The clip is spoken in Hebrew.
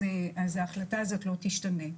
היא לא תשתנה,